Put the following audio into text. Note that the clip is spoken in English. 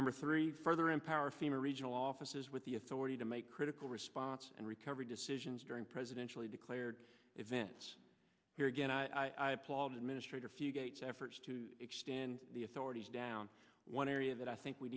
number three further empower fema regional offices with the authority to make critical response and recovery decisions during presidential declared events here again i applaud administrator few gate's efforts to expand the authorities down one area that i think we